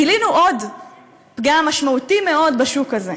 גילינו עוד פגם משמעותי מאוד בשוק הזה: